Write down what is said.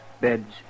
beds